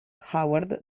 howard